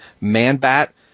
Man-Bat